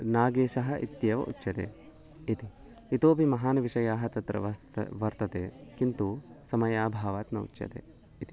नागेशः इत्येव उच्यते इति इतोऽपि महान् विषयः तत्र वस्तुतः वर्तते किन्तु समयाभावात् न उच्यते इति